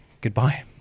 goodbye